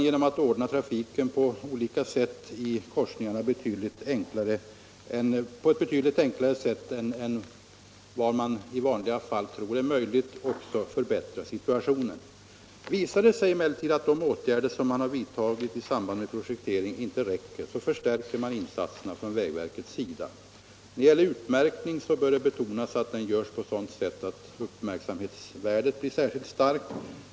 Genom att ordna trafiken i en korsning på betydligt enklare sätt än vad man i vanliga fall tror är möjligt kan situationen också förbättras. Visar det sig emellertid att de åtgärder man vidtagit i samband med projekteringen inte räcker förstärker vägverket insatserna. När det gäller utmärkning bör det betonas att den görs på sådant sätt att uppmärksamhetsvärdet blir särskilt starkt.